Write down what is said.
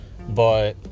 but-